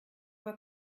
war